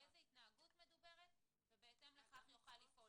באיזו התנהגות מדוברת ובהתאם לכך יוכל לפעול.